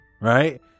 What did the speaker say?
Right